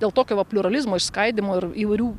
dėl tokio va pliuralizmo išskaidymo ir įvairių